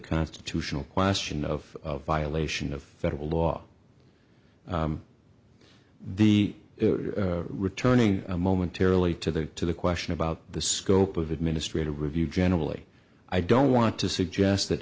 constitutional question of violation of federal law the returning momentarily to the to the question about the scope of administrative review generally i don't want to suggest that